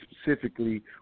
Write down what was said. specifically